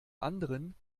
anderen